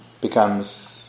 becomes